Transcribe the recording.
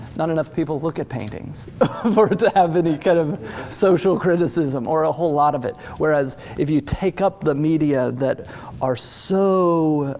not enough people look at paintings for it to have any kind of social criticism or a whole lot of it whereas if you take up the media that are so